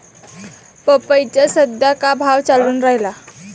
पपईचा सद्या का भाव चालून रायला?